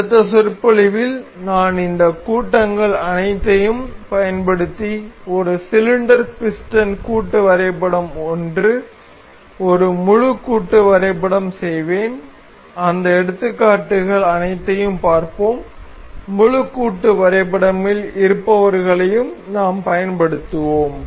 அடுத்த சொற்பொழிவில் நான் இந்த கூட்டங்கள் அனைத்தையும் பயன்படுத்தி ஒரு சிலிண்டர் பிஸ்டன் கூட்டு வரைபடம் என்று ஒரு முழு கூட்டு வரைபடம் செய்வேன் அந்த எடுத்துக்காட்டுகள் அனைத்தையும் பார்ப்போம் முழு கூட்டு வரைபடமில் இருப்பவர்களையும் நாம் பயன்படுத்துவோம்